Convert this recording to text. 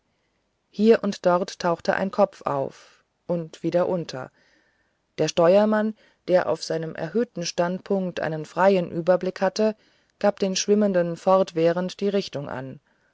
hier und dort tauchte ein kopf auf und wieder unter der steuermann der auf seinem erhöhten standpunkt einen freien überblick hatte gab den schwimmenden fortwährend die richtung an